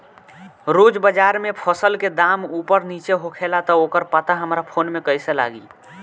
रोज़ बाज़ार मे फसल के दाम ऊपर नीचे होखेला त ओकर पता हमरा फोन मे कैसे लागी?